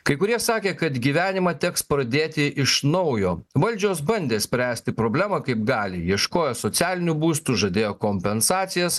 kai kurie sakė kad gyvenimą teks pradėti iš naujo valdžios bandė spręsti problemą kaip gali ieškojo socialinių būstų žadėjo kompensacijas